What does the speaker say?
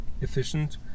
efficient